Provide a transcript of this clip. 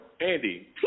Andy